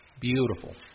Beautiful